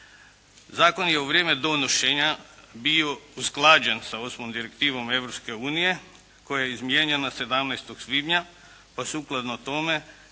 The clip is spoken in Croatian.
Zakon je u vrijeme donošenja bio usklađen sa 8. Direktivom Europske unije koja je izmijenjena 17. svibnja pa sukladno tome